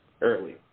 Early